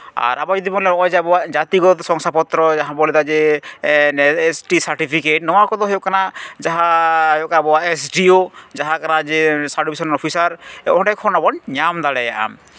ᱟᱨ ᱟᱵᱚ ᱡᱩᱫᱤ ᱵᱚᱱ ᱞᱟᱹᱭᱟ ᱱᱚᱜᱼᱚᱭ ᱡᱮ ᱟᱵᱚᱣᱟᱜ ᱡᱟᱹᱛᱤ ᱜᱚᱛᱚ ᱥᱚᱝᱥᱟᱯᱚᱛᱨᱚ ᱡᱟᱦᱟᱸ ᱵᱚᱱ ᱞᱟᱹᱭᱫᱟ ᱡᱮ ᱮᱥ ᱴᱤ ᱥᱟᱨᱴᱤᱯᱷᱤᱠᱮᱴ ᱱᱚᱣᱟ ᱠᱚᱫᱚ ᱦᱩᱭᱩᱜ ᱠᱟᱱᱟ ᱡᱟᱦᱟᱸ ᱟᱵᱚᱣᱟᱜ ᱮᱥ ᱰᱤ ᱳ ᱡᱟᱦᱟᱸ ᱦᱩᱭᱩᱜ ᱠᱟᱱᱟ ᱡᱮ ᱥᱟᱵ ᱰᱤᱵᱷᱤᱥᱚᱱᱟᱞ ᱚᱯᱷᱤᱥᱟᱨ ᱚᱸᱰᱮ ᱠᱷᱚᱱ ᱦᱚᱸᱵᱚᱱ ᱧᱟᱢ ᱫᱟᱲᱮᱭᱟᱜᱼᱟ